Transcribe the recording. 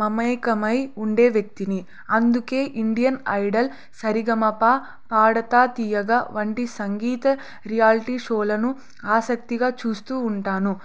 మమేకమై ఉండే వ్యక్తిని అందుకే ఇండియన్ ఐడల్ సరిగమప పాడుతా తీయగా వంటి సంగీత రియాలిటీ షోలను ఆసక్తిగా చూస్తు ఉంటాను